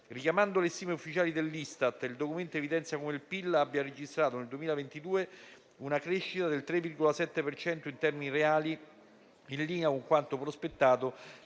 Richiamando le stime ufficiali dell'Istat, il Documento evidenzia come il PIL abbia registrato nel 2022 una crescita del 3,7 per cento in termini reali, in linea con quanto prospettato